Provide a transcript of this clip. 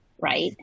right